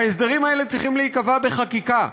ההסדרים האלה צריכים להיקבע בחקיקה.